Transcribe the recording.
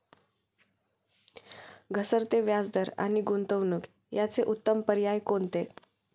घसरते व्याजदर आणि गुंतवणूक याचे उत्तम पर्याय कोणते?